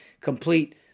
complete